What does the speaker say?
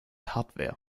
hardware